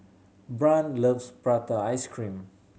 Brant loves prata ice cream